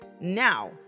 Now